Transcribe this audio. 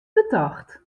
betocht